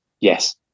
Yes